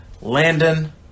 Landon